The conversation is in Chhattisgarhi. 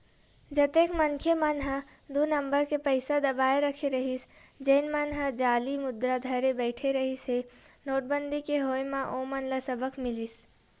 जतेक मनखे मन ह दू नंबर के पइसा दबाए रखे रहिस जेन मन ह जाली मुद्रा धरे बइठे रिहिस हे नोटबंदी के होय म ओमन ल सबक मिलिस